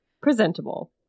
presentable